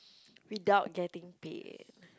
without getting paid